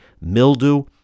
mildew